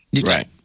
Right